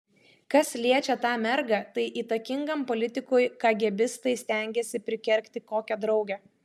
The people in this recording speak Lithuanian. kas liečia tą mergą tai įtakingam politikui kagėbistai stengiasi prikergti kokią draugę